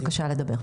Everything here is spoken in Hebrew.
בבקשה.